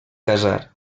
casar